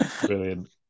Brilliant